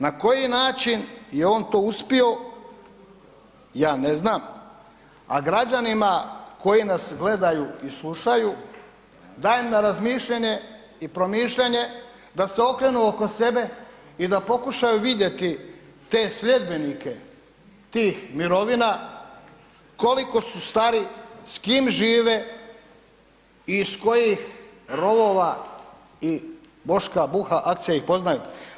Na koji način je on to uspio, ja ne znam, a građanima koji nas gledaju i slušaju dajem na razmišljanje i promišljanje da se okrenu oko sebe i da pokušaju vidjeti te sljedbenike tih mirovina koliko su stari, s kim žive i iz kojih rovova i Boška Buha akcija ih poznaju.